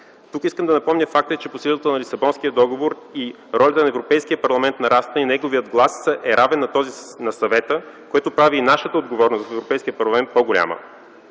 Тук искам да напомня факта, че по силата на Лисабонския договор и ролята на Европейския парламент нарасна, и неговия глас е равен на този на Съвета, което прави и нашата отговорност в Европейския парламент по-голяма.